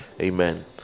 Amen